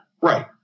right